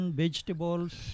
vegetables